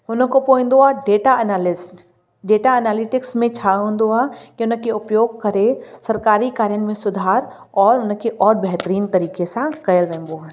हुन खां पोइ ईंदो आहे डेटा अनालेस डेटा अनालिटिक्स में छा हूंदो आहे के उन खे उपयोग करे सरकारी कार्यनि में सुधार और उन खे और बहितरीन तरीक़े सां कयो वञिबो आहे